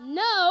no